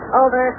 over